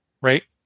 right